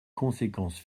conséquences